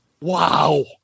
Wow